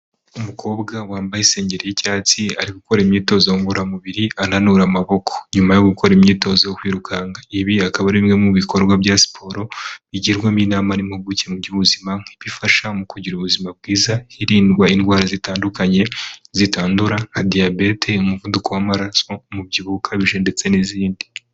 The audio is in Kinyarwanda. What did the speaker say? Umukobwa wambaye isengeri y'icyatsi ari gukora imyitozo ngororamubiri ananura amaboko, nyuma yo gukora imyitozo yo kwirukanka, ibi akaba ari bimwe mu bikorwa bya siporo bigirwamo inama n'impuguke mu by'ubuzima bifasha mu kugira ubuzima bwiza hirindwa indwara zitandukanye zitandura nka diabete, umuvuduko w'amaraso, umubyibuho ukabije ndetse n'izindi.